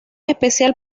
especial